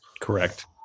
Correct